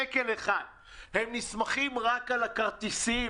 הם נסמכים רק על הכרטיסים.